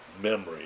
memory